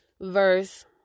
Verse